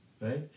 right